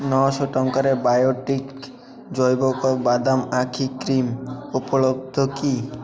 ନଅଶହ ଟଙ୍କାରେ ବାୟୋଟିକ୍ ଜୈବିକ ବାଦାମ ଆଖି କ୍ରିମ୍ ଉପଲବ୍ଧ କି